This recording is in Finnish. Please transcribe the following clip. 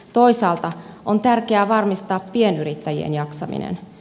toisaalta on tärkeä varmistaa pienyrittäjien jaksaminen